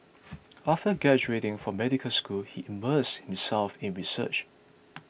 after graduating from medical school he immersed himself in research